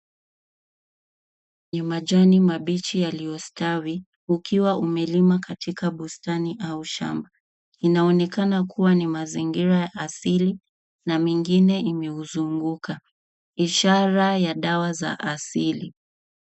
Kwenye majani mabichi yaliyostawi, ukiwa umelimwa katika bustani au shamba. Inaonekana kuwa ni mazingira ya asili na mengine imeuzunguka, ishara ya dawa za asili.